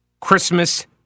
Christmas